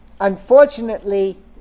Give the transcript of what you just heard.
Unfortunately